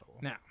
Now